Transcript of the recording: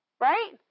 right